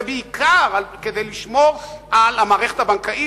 ובעיקר כדי לשמור על המערכת הבנקאית,